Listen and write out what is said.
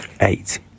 eight